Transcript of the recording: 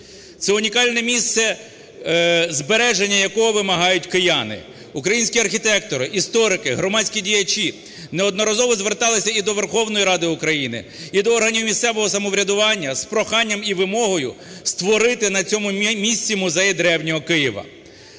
Це унікальне місце, збереження якого вимагають кияни, українські архітектори, історики, громадські діячі неодноразово зверталися і до Верховної Ради України, і до органів місцевого самоврядування з проханням і вимогою створити на цьому місці музей Древнього Києва.